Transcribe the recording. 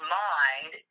mind